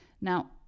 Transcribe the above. Now